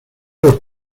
los